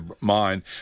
mind